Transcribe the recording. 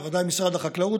בוודאי משרד החקלאות,